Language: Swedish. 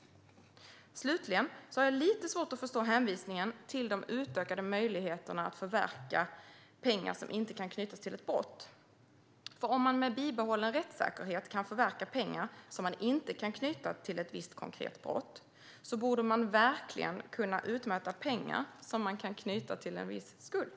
Slutligen har jag lite svårt att förstå hänvisningen till de utökade möjligheterna att förverka pengar som inte kan knytas till ett brott. Om man med bibehållen rättssäkerhet kan förverka pengar som man inte kan knyta till ett visst konkret brott borde man ju verkligen kunna utmäta pengar som man kan knyta till en viss skuld.